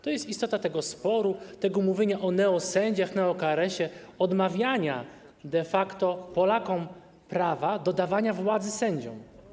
To jest istota tego sporu, tego mówienia o neosędziach, neo-KRS-ie, odmawiania de facto Polakom prawa do dawania władzy sędziom.